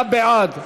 49 בעד,